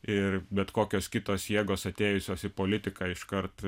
ir bet kokios kitos jėgos atėjusios į politiką iškart